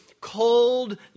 cold